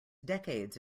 decades